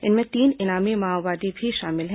इनमें तीन इनामी माओवादी भी शामिल हैं